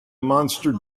monster